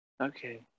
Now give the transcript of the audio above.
Okay